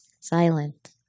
silent